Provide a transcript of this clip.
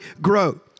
grow